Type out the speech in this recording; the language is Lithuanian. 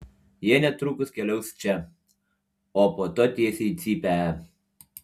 jie netrukus keliaus čia o po to tiesiai į cypę